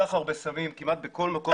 סחר בסמים כמעט בכל מקום